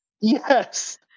Yes